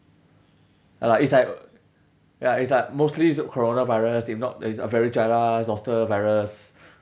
ya lah it's like ya it's like mostly coronavirus if not it's a very virus